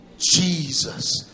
Jesus